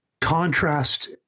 contrast